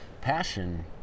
Passion